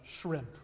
shrimp